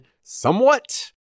somewhat